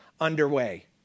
underway